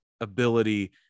ability